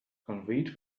conveyed